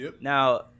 Now